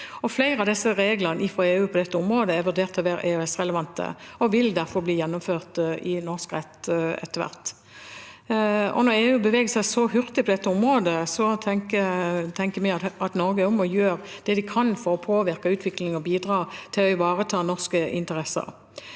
Flere av reglene fra EU på dette området er vurdert å være EØS-relevante og vil derfor bli gjennomført i norsk rett etter hvert. Når EU beveger seg så hurtig på dette området, tenker vi at Norge også må gjøre det vi kan for å påvirke utviklingen og bidra til å ivareta norske interesser.